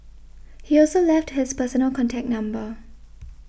he also left his personal contact number